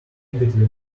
between